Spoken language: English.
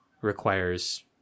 requires